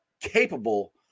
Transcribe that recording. capable